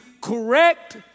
correct